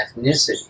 ethnicity